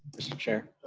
mr. chair?